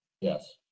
Yes